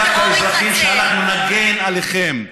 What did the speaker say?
אתם דווקא אזרחים שאנחנו נגן עליכם.